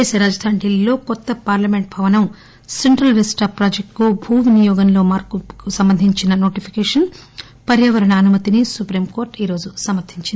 దేశ రాజధాని ఢిల్లీలో కొత్త పార్లమెంట్ భవన సెంట్రల్ విస్టా ప్రాజెక్టుకు భూ వినియోగంలో మార్పుకి సంబంధించిన నోటిఫికేషన్ పర్యావరణ అనుమతిని సుప్రీంకోర్టు ఈరోజు సమర్దించింది